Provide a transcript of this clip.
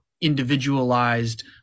individualized